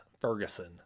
Ferguson